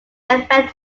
effect